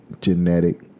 genetic